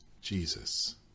Jesus